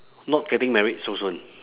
not getting married so soon